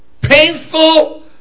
Painful